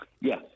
Yes